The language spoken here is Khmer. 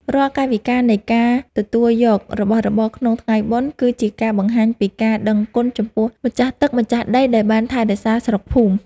រាល់កាយវិការនៃការទទួលយករបស់របរក្នុងថ្ងៃបុណ្យ គឺជាការបង្ហាញពីការដឹងគុណចំពោះម្ចាស់ទឹកម្ចាស់ដីដែលបានថែរក្សាស្រុកភូមិ។